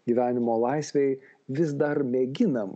gyvenimo laisvėj vis dar mėginam